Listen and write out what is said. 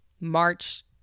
March